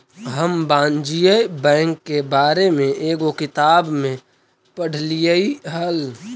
हम वाणिज्य बैंक के बारे में एगो किताब में पढ़लियइ हल